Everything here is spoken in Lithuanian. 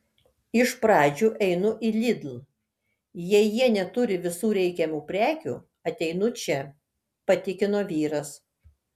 iš pradžių einu į lidl jei jie neturi visų reikiamų prekių ateinu čia patikino vyras